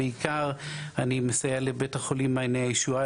בעיקר אני מסייע לבית החולים מענייני הישועה